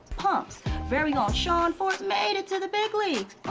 pump's very own sean ford made it to the big leagues.